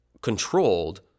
controlled